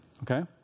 okay